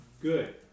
Good